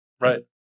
Right